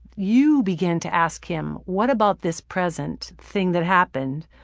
you begin to ask him, what about this present thing that happened,